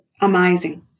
Amazing